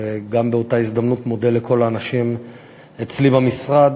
ובאותה הזדמנות גם מודה לכל האנשים אצלי במשרד.